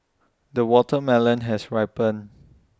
the watermelon has ripened